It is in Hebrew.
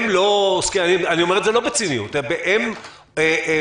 ואני אומר את זה לא בציניות: הם משוחררים,